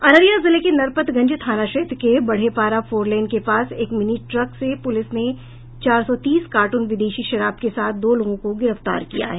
अररिया जिले के नरपतगंज थाना क्षेत्र के बढ़ेपारा फोरलेन के पास एक मिनी ट्रक से पुलिस ने चार सौ तीस कार्टून विदेशी शराब के साथ दो लोगों को गिरफ्तार किया है